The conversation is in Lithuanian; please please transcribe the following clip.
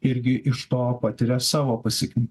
irgi iš to patiria savo pasekmių